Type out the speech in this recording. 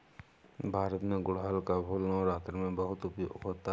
भारत में गुड़हल का फूल नवरात्र में बहुत उपयोग होता है